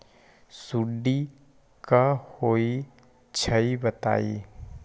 सुडी क होई छई बताई?